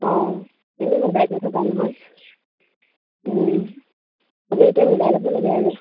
অঁ এনেও সদায় কৈ থকা নহয় সবেই এতিয়া মিলাই ল'ব লাগে আৰু